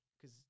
Cause